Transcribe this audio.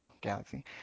galaxy